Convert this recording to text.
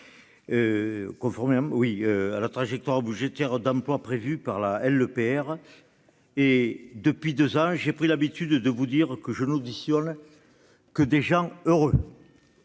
conformément à la trajectoire budgétaire et à la trajectoire d'emploi prévues par la LPR. Depuis deux ans, j'ai pris l'habitude de vous dire que je n'auditionne que des gens heureux.